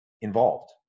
involved